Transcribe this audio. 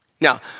Now